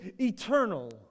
eternal